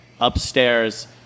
upstairs